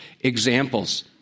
examples